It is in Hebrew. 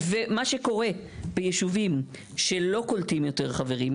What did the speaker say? ומה שקורה בישובים שלא קולטים יותר חברים,